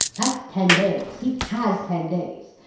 that's ten days. he has ten days!